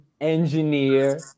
engineer